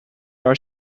are